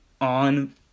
on